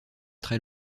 très